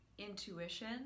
intuition